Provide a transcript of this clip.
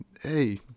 Hey